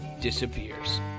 disappears